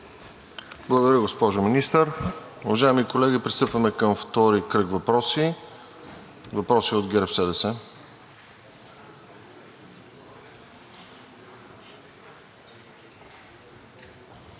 Благодаря, госпожо Министър. Уважаеми колеги, пристъпваме към втори кръг въпроси. Въпроси от ГЕРБ-СДС?